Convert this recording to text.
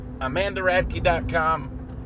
amandaradke.com